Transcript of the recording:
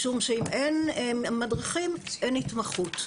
משום שאם אין מדריכים אין התמחות.